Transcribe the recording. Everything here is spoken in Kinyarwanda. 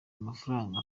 amafaranga